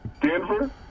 Denver